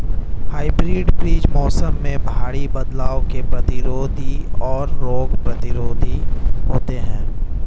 hybrid बीज मौसम में भारी बदलाव के प्रतिरोधी और रोग प्रतिरोधी होते हैं